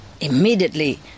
Immediately